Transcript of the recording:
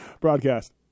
broadcast